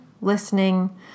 listening